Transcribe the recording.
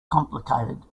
complicated